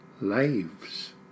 lives